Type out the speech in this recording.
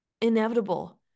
inevitable